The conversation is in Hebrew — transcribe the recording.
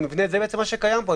זה בעצם מה שקיים פה,